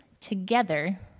together